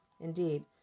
indeed